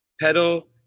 pedal